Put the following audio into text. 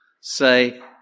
Say